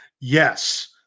Yes